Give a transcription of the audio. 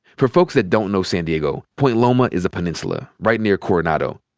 for folks that don't know san diego, point loma is a peninsula right and here coronado,